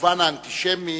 במובן האנטישמי,